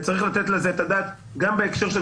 וצריך לתת על זה את הדעת גם בהקשר של